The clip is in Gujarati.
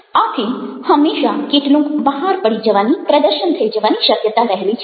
આથી હમેશા કેટલુંક બહાર પડી જવાની પ્રદર્શન થઈ જવાની શક્યતા રહેલી છે